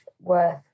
worth